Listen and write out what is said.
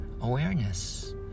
awareness